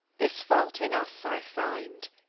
this fault in us i find,